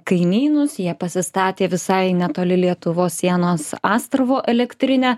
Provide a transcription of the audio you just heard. kaimynus jie pasistatė visai netoli lietuvos sienos astravo elektrinę